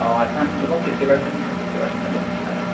অঁ এডভাঞ্চ দিব fifty percent বা ফিফ্টী পাৰ্চেণ্ট এবাভ কিবা এটা